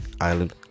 island